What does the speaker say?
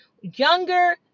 Younger